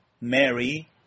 Mary